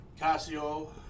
Casio